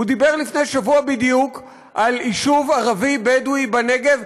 הוא דיבר לפני שבוע בדיוק על יישוב ערבי בדואי בנגב,